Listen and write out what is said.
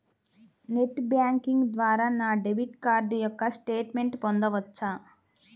Net banking ద్వారా నా debit card యొక్క స్టేట్మెంట్ పొందవచ్చా?